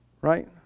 right